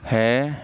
ਹੈ